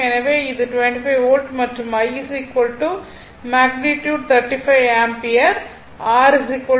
எனவே இது 25 வோல்ட் மற்றும் I மேக்னிட்யுட் 35 ஆம்பியர் ampere